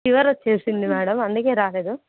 fever వచ్చింది madam అందుకని రాలేదు